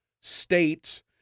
states